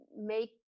make